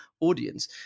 audience